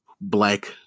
black